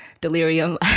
delirium